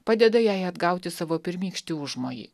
padeda jai atgauti savo pirmykštį užmojį